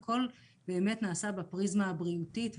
הכל נעשה בפריזמה הבריאותית.